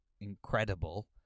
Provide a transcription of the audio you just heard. incredible